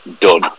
done